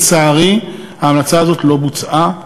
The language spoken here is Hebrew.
לצערי, ההמלצה הזאת לא בוצעה.